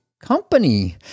Company